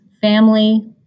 family